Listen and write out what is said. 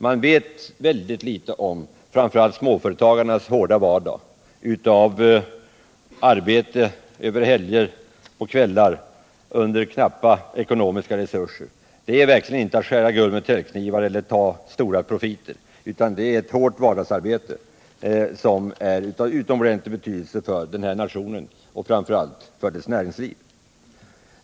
Man vet väldigt litet om speciellt småföretagarnas hårda vardag och arbete över helger och kvällar under villkor som innebär knappa ekonomiska resurser. Det är verkligen inte att skära guld med täljknivar eller att ta ut stora profiter, utan det är ett hårt vardagsarbete, som är av största betydelse för den här nationen och framför allt för dess näringsliv.